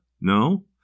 no